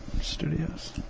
Studios